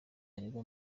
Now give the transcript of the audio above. aregwa